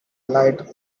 light